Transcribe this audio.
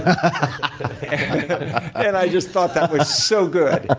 i just thought that was so good.